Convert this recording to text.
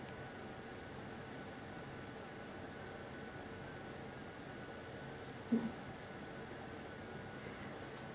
uh